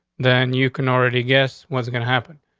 then you can already guess what's gonna happen.